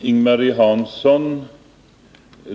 Herr talman!